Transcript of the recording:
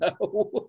no